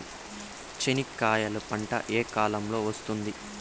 చెనక్కాయలు పంట ఏ కాలము లో వస్తుంది